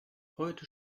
heute